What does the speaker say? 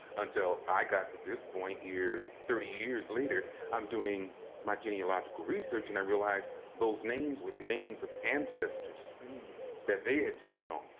until i got to this point here, thirty years later, i'm doing my geological research and i realized those names were the names of the ancestors that they had taken on.